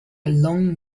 long